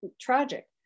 Tragic